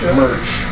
merch